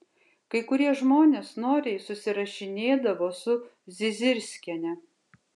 kai kurie žmonės noriai susirašinėdavo su zizirskiene